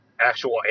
actual